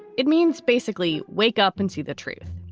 it means basically wake up and see the truth.